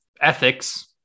ethics